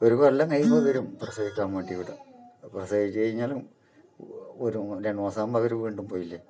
ഒരു കൊല്ലം കഴിയുമ്പോൾ വരും പ്രസവിക്കാൻ വേണ്ടിയിട്ട് അപ്പം പ്രസവിച്ച് കഴിഞ്ഞാലും ഒരു രണ്ട് മാസം ആകുമ്പം അവർ വീണ്ടും പോയില്ലേ